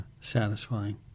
satisfying